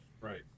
Right